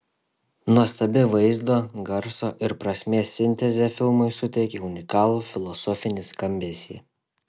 nuostabi vaizdo garso ir prasmės sintezė filmui suteikia unikalų filosofinį skambesį